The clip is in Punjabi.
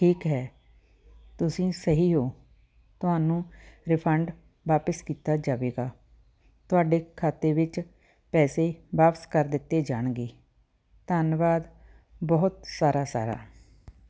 ਠੀਕ ਹੈ ਤੁਸੀਂ ਸਹੀ ਹੋ ਤੁਹਾਨੂੰ ਰਿਫੰਡ ਵਾਪਸ ਕੀਤਾ ਜਾਵੇਗਾ ਤੁਹਾਡੇ ਖਾਤੇ ਵਿੱਚ ਪੈਸੇ ਵਾਪਸ ਕਰ ਦਿੱਤੇ ਜਾਣਗੇ ਧੰਨਵਾਦ ਬਹੁਤ ਸਾਰਾ ਸਾਰਾ